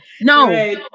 no